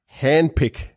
handpick